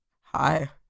Hi